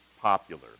popular